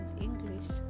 English